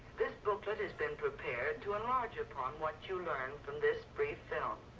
this booklet has been prepared to enlarge upon what you learned from this brief film.